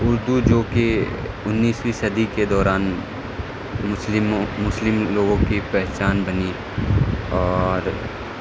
اردو جو کہ انیسویں صدی کے دوران مسلموں مسلم لوگوں کی پہچان بنی اور